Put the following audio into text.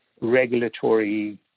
regulatory